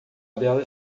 dela